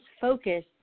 focus